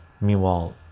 Meanwhile